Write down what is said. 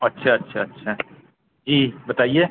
اچھا اچھا اچھا جی بتائیے